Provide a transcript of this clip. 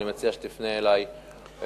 אני מציע שתפנה אלי בכתב.